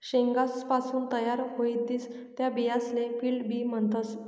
शेंगासपासून तयार व्हतीस त्या बियासले फील्ड बी म्हणतस